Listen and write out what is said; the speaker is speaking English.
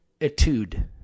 etude